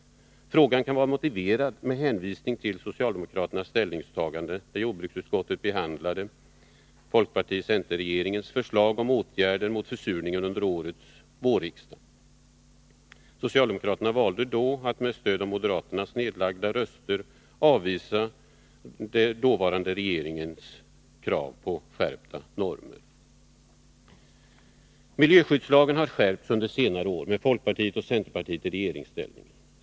Frågan kan vara motiverad med tanke på socialdemokraternas ställningstagande vid jordbruksutskottets behandling av folkparti-center-regeringens förslag om åtgärder mot försurningen under våren. Socialdemokraterna valde då att, med stöd av moderaternas nedlagda röster, avvisa den dåvarande regeringens krav på skärpta normer. Miljöskyddslagen har skärpts under senare år, med folkpartiet och centerpartiet i regeringsställning.